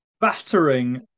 battering